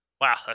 Wow